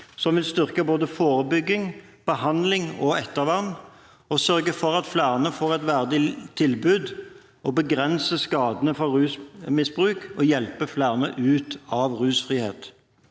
som vil styrke både forebygging, behandling og ettervern, og som vil sørge for at flere får et verdig tilbud og begrense skadene fra rusmisbruk og hjelpe flere ut i rusfrihet.